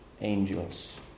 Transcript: angels